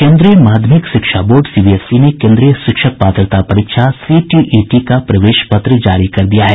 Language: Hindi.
केन्द्रीय माध्यमिक शिक्षा बोर्ड सीबीएसई ने से केन्द्रीय शिक्षक पात्रता परीक्षासीटीईटी का प्रवेश पत्र जारी कर दिया है